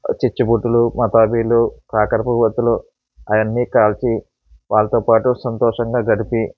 చిచ్చుబుడ్డిలు మతాబులు కాకర పువ్వొత్తులు అవి అన్ని కాల్చి వాళ్ళతో పాటు సంతోషంగా గడిపి